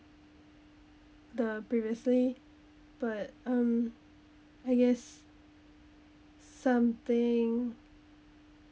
the previously but um I guess something